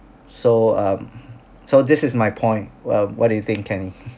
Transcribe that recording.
so um so this is my point well what do you think kenny